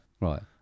right